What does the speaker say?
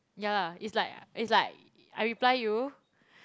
yeah lah it's like it's like I reply you